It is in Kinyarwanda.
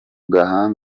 gahanga